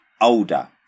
older